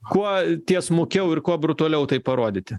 kuo tiesmukiau ir kuo brutaliau tai parodyti